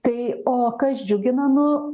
tai o kas džiugina nu